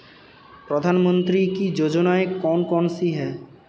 प्रधानमंत्री की योजनाएं कौन कौन सी हैं?